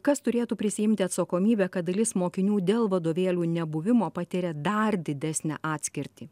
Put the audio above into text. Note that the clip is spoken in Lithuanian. kas turėtų prisiimti atsakomybę kad dalis mokinių dėl vadovėlių nebuvimo patiria dar didesnę atskirtį